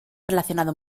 relacionado